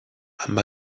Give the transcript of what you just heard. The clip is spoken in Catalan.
amb